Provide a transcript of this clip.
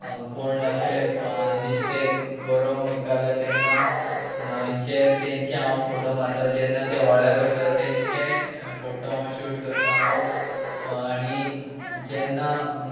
कोण अशें निस्तें गरों वयतालो तेन्ना न्हंयेचे तेंचे हांव फोटो मारतालो जेन्ना ते व्हळ्यार वयतालो तेंचेय फोटो हांव शूट करतालो आनी जेन्ना